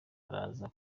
araza